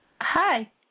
Hi